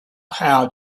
how